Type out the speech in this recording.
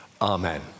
amen